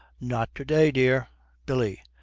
not to-day, dear billy.